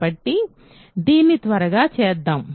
కాబట్టి దీన్ని త్వరగా చేద్దాం